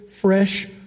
fresh